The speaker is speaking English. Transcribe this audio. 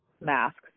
masks